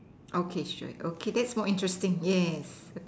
okay sure okay that's more interesting yes